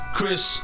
Chris